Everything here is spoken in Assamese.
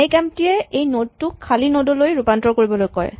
মেক এম্প্টী য়ে এই নড টোক খালী নড লৈ ৰূপান্তৰ কৰিবলৈ কয়